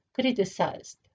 criticized